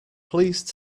please